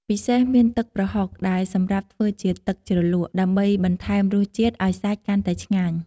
ពិសេសមានទឹកក្រហុកដែលសម្រាប់ធ្វើជាទឹកជ្រលក់ ដើម្បីបន្ថែមរសជាតិឱ្យសាច់កាន់តែឆ្ងាញ់។